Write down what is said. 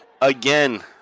again